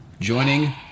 joining